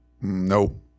No